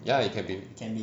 ya it can be